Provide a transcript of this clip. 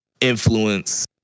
influence